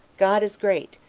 god is great,